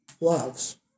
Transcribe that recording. loves